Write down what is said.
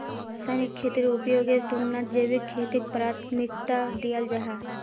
रासायनिक खेतीर उपयोगेर तुलनात जैविक खेतीक प्राथमिकता दियाल जाहा